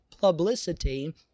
publicity